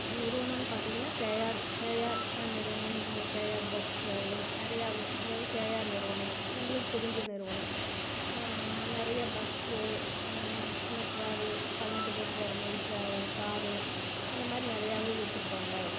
நிறுவனன்னு பார்த்தீங்கன்னா KR KR நிறுவனன் so KR bus travelling நிறையாவே அதாவது கேஆர் நிறுவனம் எங்களுக்கு தெரிஞ்ச நிறுவனம் நிறைய பஸ்ஸு சின்ன டிராவல் பதினெட்டு பேர் போகிற மாதிரி டிராவல் காரு அந்த மாதிரி நிறையாவே வெச்சுருக்காங்க